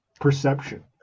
perception